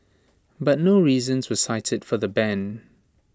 but no reasons were cited for the ban